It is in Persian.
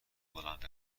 بلند